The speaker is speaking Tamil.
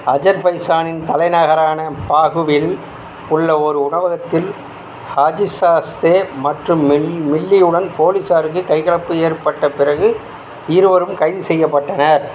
அஜர்பைஜானின் தலைநகரான பாகூவில் உள்ள ஓர் உணவகத்தில் ஹாஜிஸாதே மற்றும் மில் மில்லியுடன் போலீசாருக்கு கைகலப்பு ஏற்பட்ட பிறகு இருவரும் கைது செய்யப்பட்டனர்